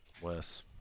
Wes